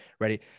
ready